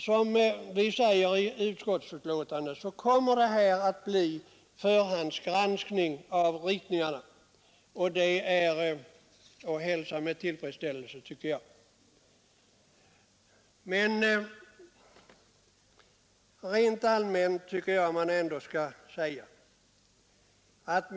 Som vi säger i utskottsbetänkandet kommer det att bli en förhandsgranskning av ritningar, och det tycker jag är att hälsa med tillfredsställelse.